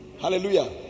Hallelujah